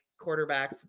quarterbacks